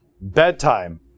bedtime